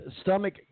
stomach